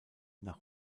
nach